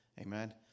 Amen